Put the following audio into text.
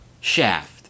shaft